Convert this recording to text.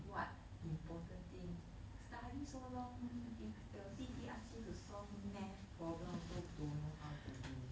what important things study so long you 弟弟 ask him to solve math problem also don't know how to do